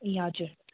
ए हजुर